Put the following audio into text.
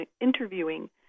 interviewing